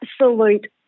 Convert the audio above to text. absolute